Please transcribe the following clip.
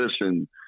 listen